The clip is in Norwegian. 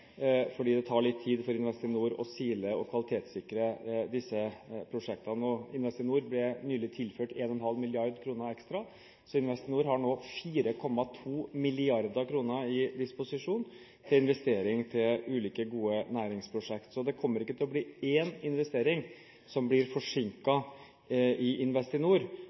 det tar litt tid for Investinor å sile og å kvalitetssikre dem. Investinor ble nylig tilført 1,5 mrd. kr ekstra. Investinor har nå 4,2 mrd. kr til disposisjon for å investere i ulike, gode næringsprosjekter. Ikke én investering kommer til å bli forsinket i Investinor. Tvert imot tror jeg Investinor